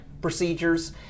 procedures